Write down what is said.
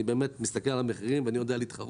אני מסתכל על המחירים ואני יודע להתחרות,